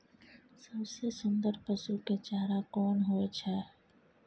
सबसे सुन्दर पसु के चारा कोन होय छै?